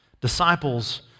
Disciples